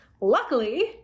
Luckily